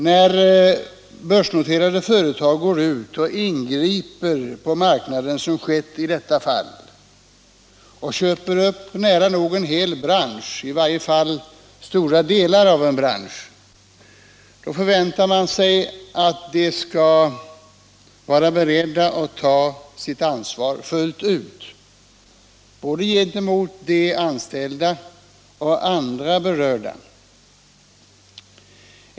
När börsnoterade företag ingriper på marknaden, såsom har skett i detta fall, och köper upp i varje fall stora delar av en bransch, förväntar man sig att de skall vara beredda att ta sitt ansvar fullt ut, gentemot både de anställda och andra berörda.